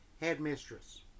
headmistress